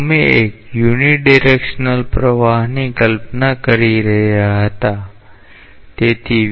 અમે એક યુનિડિરેક્શનલ પ્રવાહની કલ્પના કરી રહ્યા હતા તેથી v0